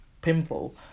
pimple